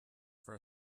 for